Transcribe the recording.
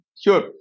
Sure